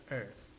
earth